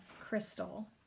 crystal